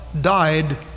died